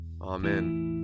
Amen